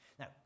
Now